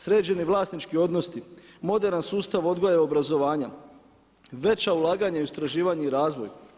Sređeni vlasnički odnosi, moderan sustav odgoja i obrazovanja, veća ulaganja u istraživanje i razvoj.